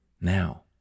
Now